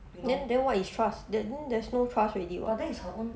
then then what is trust there's no there's no trust already [what]